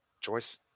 choice